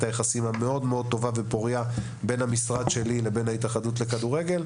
היחסים המאוד מאוד טובה ופורייה בין המשרד שלי לבין ההתאחדות לכדורגל.